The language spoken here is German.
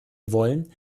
wollen